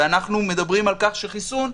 ואנחנו מדברים על כך שחיסון,